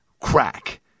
crack